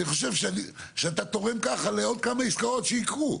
אני חושב שאתם תורם ככה לעוד כמה עסקאות שיקרו.